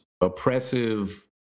oppressive